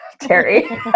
Terry